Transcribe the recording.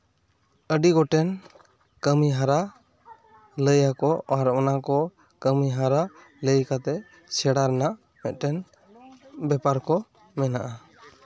ᱟᱹᱰᱤ ᱜᱚᱴᱮᱱ ᱠᱟᱹᱢᱤ ᱦᱚᱨᱟ ᱞᱟᱹᱭ ᱟᱠᱚ ᱟᱨ ᱚᱱᱟᱠᱚ ᱠᱟᱹᱢᱤ ᱦᱚᱨᱟ ᱞᱟᱹᱭ ᱠᱟᱛᱮᱜ ᱥᱮᱬᱟ ᱨᱮᱱᱟᱜ ᱢᱤᱫᱴᱟᱝ ᱵᱮᱯᱟᱨ ᱠᱚ ᱢᱮᱱᱟᱜᱼᱟ